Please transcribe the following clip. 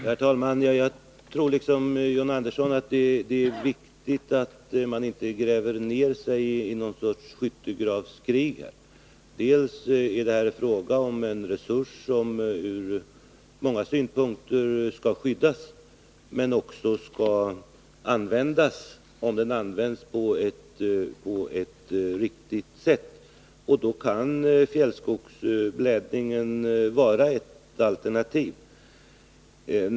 Herr talman! Jag tror, liksom John Andersson, att det är viktigt att man inte gräver ner sig i någon sorts skyttegravskrig. Dels är det här fråga om en resurs som från många synpunkter skall skyddas, dels en resurs som skall användas, om den används på ett riktigt sätt. Då kan fjällskogsblädningen vara ett alternativ.